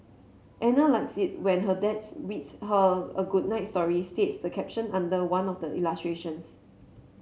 Ana likes it when her dads reads her a good night story states the caption under one of the illustrations